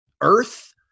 Earth